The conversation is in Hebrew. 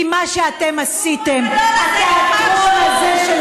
כי מה שאתם עשיתם, הציבור הגדול הזה יבחר שוב.